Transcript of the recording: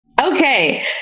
Okay